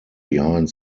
behind